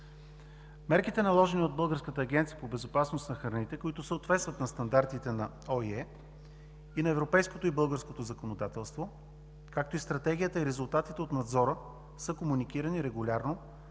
Мерките, наложени от Българската агенция по безопасност на храните, които съответстват на стандартите на OIE и на европейското и българското законодателството, както и стратегията и резултатите от надзора, са комуникирани регулярно